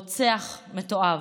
רוצח מתועב,